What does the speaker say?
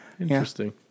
Interesting